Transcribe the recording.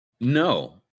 No